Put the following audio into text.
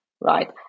right